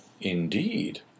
Indeed